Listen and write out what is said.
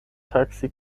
taxi